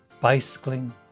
bicycling